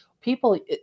people